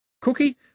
Cookie